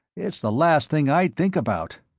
it's the last thing i'd think about.